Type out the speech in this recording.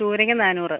ചൂരയ്ക്കും നാന്നൂറ്